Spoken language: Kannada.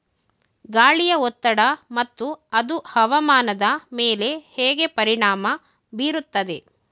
ಗಾಳಿಯ ಒತ್ತಡ ಮತ್ತು ಅದು ಹವಾಮಾನದ ಮೇಲೆ ಹೇಗೆ ಪರಿಣಾಮ ಬೀರುತ್ತದೆ?